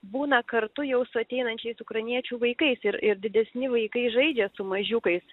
būna kartu jau su ateinančiais ukrainiečių vaikais ir ir didesni vaikai žaidžia su mažiukais